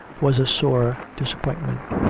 was a sore disappointment.